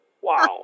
Wow